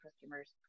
customers